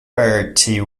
bertie